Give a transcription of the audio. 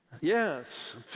yes